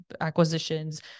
acquisitions